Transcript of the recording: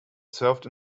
served